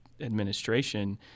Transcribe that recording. administration